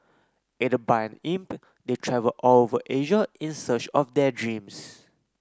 aided by imp they travel all over Asia in search of their dreams